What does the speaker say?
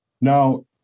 now